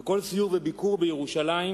וכל סיור וביקור בירושלים,